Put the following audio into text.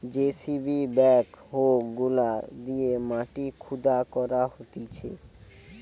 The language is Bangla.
যেসিবি ব্যাক হো গুলা দিয়ে মাটি খুদা করা হতিছে